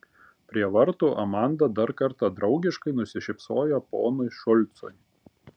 prie vartų amanda dar kartą draugiškai nusišypsojo ponui šulcui